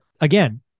again